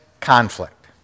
conflict